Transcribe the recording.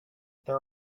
there